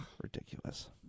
Ridiculous